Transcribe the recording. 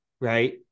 right